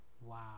wow